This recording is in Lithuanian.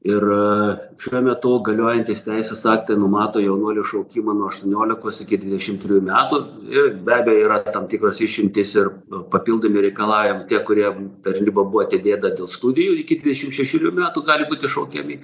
ir šiuo metu galiojantys teisės aktai numato jaunuolių šaukimą nuo aštuoniolikos iki dvidešim trijų metų ir be abejo yra tam tikros išimtys ir papildomi reikalavimai tie kurie tarnyba buvo atidėta dėl studijų iki dvidešim šešerių metų gali būti šaukiami